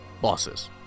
bosses